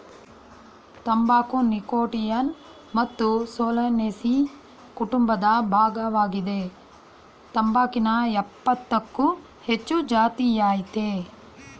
ತಂಬಾಕು ನೀಕೋಟಿಯಾನಾ ಮತ್ತು ಸೊಲನೇಸಿಯಿ ಕುಟುಂಬದ ಭಾಗ್ವಾಗಿದೆ ತಂಬಾಕಿನ ಯಪ್ಪತ್ತಕ್ಕೂ ಹೆಚ್ಚು ಜಾತಿಅಯ್ತೆ